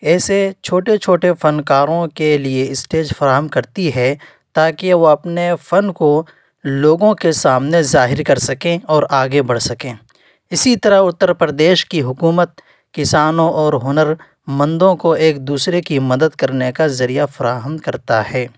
ایسے چھوٹے چھوٹے فنکاروں کے لیے اسٹیج فراہم کرتی ہے تاکہ وہ اپنے فن کو لوگوں کے سامنے ظاہر کر سکیں اور آگے بڑھ سکیں اسی طرح اتر پردیش کی حکومت کسانوں اور ہنرمندوں کو ایک دوسرے کی مدد کرنے کا ذریعہ فراہم کرتا ہے